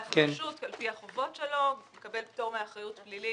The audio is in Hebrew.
לרשות על פי החובות שלו מקבל פטור מאחריות פלילית